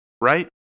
right